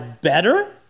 better